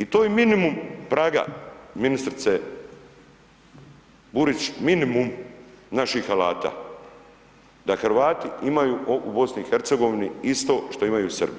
I to je minimum praga ministrice Burić, minimum naših alata, da Hrvati imaju u BiH isto što imaju Srbi,